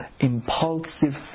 impulsive